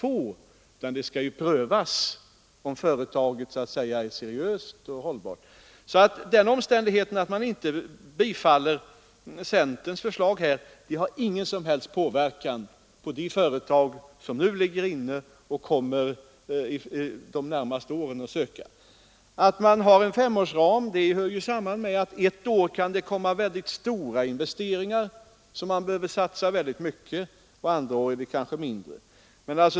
Först skall det ske en prövning om företaget i fråga så att säga är seriöst och hållbart. Att centerpartiets förslag inte har tillstyrkts påverkar på intet sätt behandlingen av inkomna ansökningar från olika företag liksom inte heller behandlingen av de ansökningar som kommer in under de närmaste åren. Att man har en femårsram hänger samman med att det ett år kan komma in många ansökningar om bidrag till mycket stora investeringar, där man behöver satsa mycket stora belopp, medan det andra år kan gå åt mindre pengar.